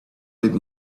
live